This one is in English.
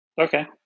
Okay